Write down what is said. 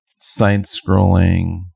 side-scrolling